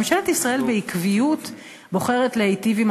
ממשלת ישראל בעקביות בוחרת להיטיב עם